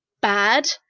bad